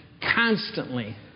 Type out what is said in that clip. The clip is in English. constantly